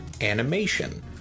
animation